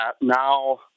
now